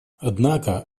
однако